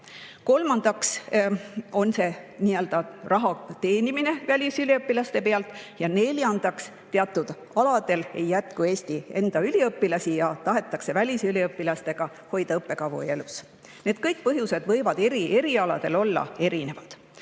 Kolmandaks on see raha teenimine välisüliõpilaste pealt. Ja neljandaks, Eestis ei jätku teatud aladel enda üliõpilasi ja tahetakse välisüliõpilaste abil hoida õppekavu elus. Need kõik põhjused võivad eri erialadel olla erinevad. Nüüd,